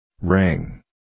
ring